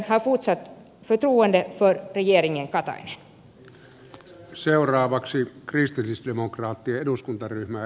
svenska riksdagsgruppen har fortsatt förtroende för regeringen katainen